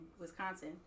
Wisconsin